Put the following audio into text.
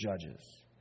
judges